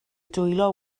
dwylo